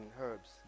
herbs